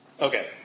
okay